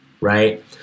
right